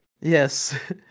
Yes